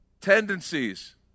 tendencies